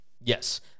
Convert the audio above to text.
Yes